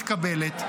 מתקבלת?